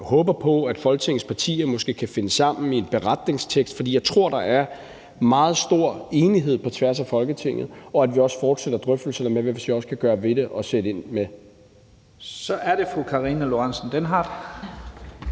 håber på, at Folketingets partier måske kan finde sammen i en beretningstekst, for jeg tror, at der er meget stor enighed på tværs af Folketinget, dels håber på, at vi også fortsætter drøftelserne om, hvad vi så skal gøre ved det og sætte ind med. Kl. 10:10 Første næstformand